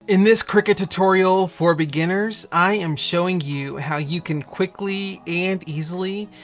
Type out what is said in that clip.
in this cricut tutorial for beginners, i am showing you how you can quickly and easily,